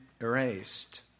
erased